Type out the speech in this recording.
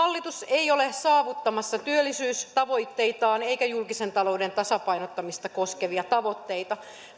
ei ole saavuttamassa työllisyystavoitteitaan eikä julkisen talouden tasapainottamista koskevia tavoitteita